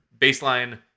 baseline